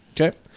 okay